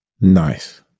Nice